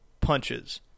punches